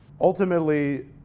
Ultimately